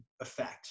effect